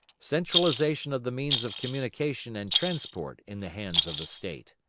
centralisation of the means of communication and transport in the hands of the state.